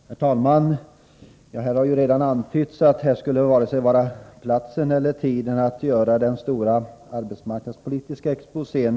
Herr talman! Det har här antytts att detta varken skulle vara platsen eller tiden för att göra någon stor arbetsmarknadspolitisk exposé.